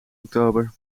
oktober